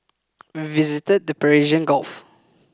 we visited the Persian Gulf